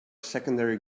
secondary